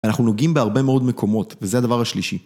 אנחנו נוגעים בהרבה מאוד מקומות, וזה הדבר השלישי.